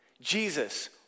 Jesus